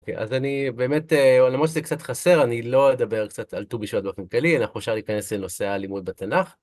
אז אני באמת, למרות שזה קצת חסר, אני לא אדבר קצת על ט"ו בשבט באופן כללי, אנחנו אפשר להיכנס לנושא הלימוד בתנ״ך.